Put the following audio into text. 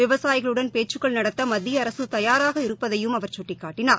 விவசாயிகளுடன் பேச்சுக்கள் நடத்தமத்தியஅரசுதபாராக இருப்பதையும் அவர் சுட்டிக்காட்டினார்